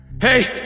Hey